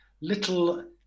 little